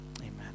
Amen